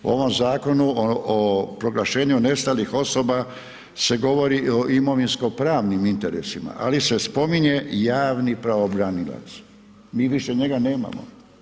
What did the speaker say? U ovom zakonu o proglašenju nestalih osoba, se govori o imovinsko pravnim interesima, ali se spominje javni pravobranilac, mi više njega nemamo.